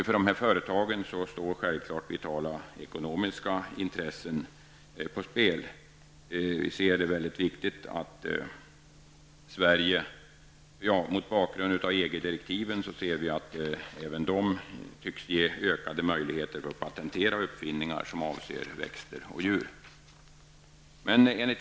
För dessa företag står självfallet vitala ekonomiska intressen på spel. Även EG-direktiven tycks innebära ökade möjligheter att patentera uppfinningar som avser växter och djur.